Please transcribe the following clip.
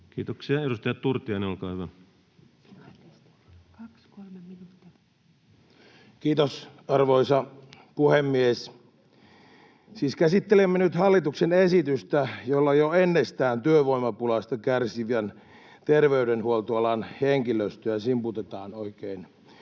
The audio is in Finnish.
muuttamisesta Time: 17:19 Content: Kiitos, arvoisa puhemies! Siis käsittelemme nyt hallituksen esitystä, jolla jo ennestään työvoimapulasta kärsivän terveydenhuoltoalan henkilöstöä simputetaan oikein